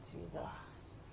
Jesus